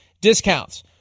discounts